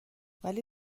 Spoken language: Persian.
ولی